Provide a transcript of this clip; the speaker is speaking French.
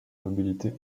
mobilité